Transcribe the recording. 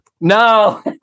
No